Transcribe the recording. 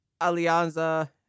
Alianza